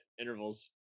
intervals